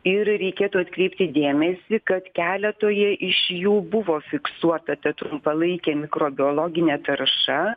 ir reikėtų atkreipti dėmesį kad keletoje iš jų buvo fiksuota trumpalaikė mikrobiologinė tarša